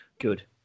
good